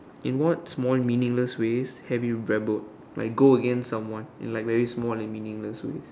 in what small meaningless ways have your rebelled like go against someone in like very small and meaningless ways